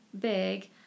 big